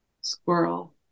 squirrel